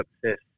success